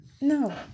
No